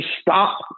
stop